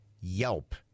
Yelp